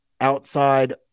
outside